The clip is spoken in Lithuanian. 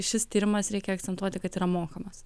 šis tyrimas reikia akcentuoti kad yra mokamas